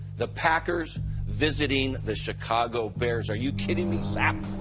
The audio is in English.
the packers visiting the chicago bears, are you kidding me sapp?